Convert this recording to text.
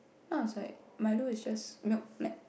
then I was like Milo it just milk made